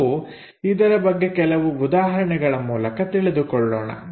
ನಾವು ಇದರ ಬಗ್ಗೆ ಕೆಲವು ಉದಾಹರಣೆಗಳ ಮೂಲಕ ತಿಳಿದುಕೊಳ್ಳೋಣ